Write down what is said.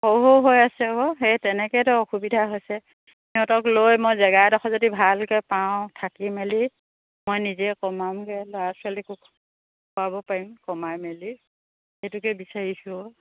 সৰু সৰু হৈ আছে আকৌ সেই তেনেকৈয়েতো অসুবিধা হৈছে সিহঁতক লৈ মই জেগা এডোখৰ যদি ভালকৈ পাওঁ থাকি মেলি মই নিজে কমামগৈ ল'ৰা ছোৱালীকো খোৱাব পাৰিম কমাই মেলি সেইটোকে বিচাৰিছোঁ